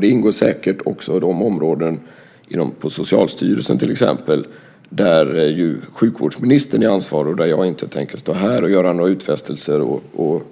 Då ingår säkert också de områden, till exempel Socialstyrelsen, där sjukvårdsministern är ansvarig. Jag tänker inte stå här och göra några utfästelser